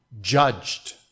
judged